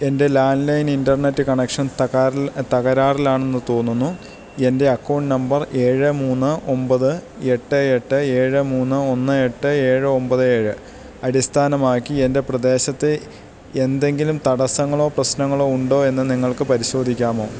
എൻ്റെ landline internet connection തകരാറിൽ തകരാറിലാണെന്ന് തോന്നുന്നു എൻ്റെ അക്കൗണ്ട് നമ്പർ ഏഴ് മൂന്ന് ഒമ്പത് എട്ട് എട്ട് ഏഴ് മൂന്ന് ഒന്ന് എട്ട് ഏഴ് ഒമ്പത് ഏഴ് അടിസ്ഥാനമാക്കി എൻ്റെ പ്രദേശത്തെ എന്തെങ്കിലും തടസ്സങ്ങളോ പ്രശ്നങ്ങളോ ഉണ്ടോ എന്നു നിങ്ങൾക്ക് പരിശോധിക്കാമോ